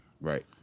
Right